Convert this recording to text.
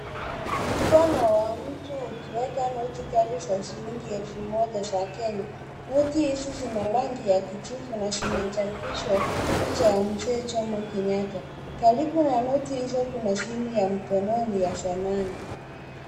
Mkono wa mtu ukiweka noti zake za shilingi elfu moja za Kenya. Noti hizi, zina rangi ya kijivu na zimechapishwa picha ya Mzee Jomo Kenyatta. Karibu na noti hizo, kuna simu ya mkononi ya zamani.